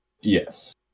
Yes